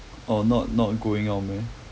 oh not not going out meh